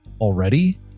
already